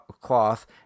cloth